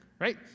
right